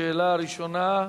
שאלה ראשונה,